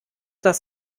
das